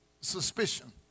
suspicion